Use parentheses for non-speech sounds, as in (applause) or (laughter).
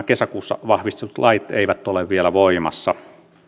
(unintelligible) kesäkuussa vahvistetut lait eivät ole vielä voimassa